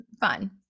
fun